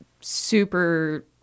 super